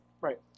Right